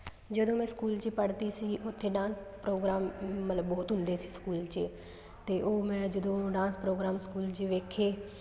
ਜਦੋਂ ਮੈਂ ਸਕੂਲ 'ਚ ਪੜ੍ਹਦੀ ਸੀ ਉੱਥੇ ਡਾਂਸ ਪ੍ਰੋਗਰਾਮ ਮਤਲਬ ਬਹੁਤ ਹੁੰਦੇ ਸੀ ਸਕੂਲ 'ਚ ਅਤੇ ਉਹ ਮੈਂ ਜਦੋਂ ਡਾਂਸ ਪ੍ਰੋਗਰਾਮ ਸਕੂਲ 'ਚ ਵੇਖੇ